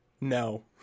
No